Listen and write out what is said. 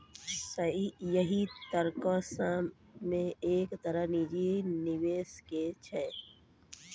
यहि तरहो मे से एक तरह निजी निबेशो के छै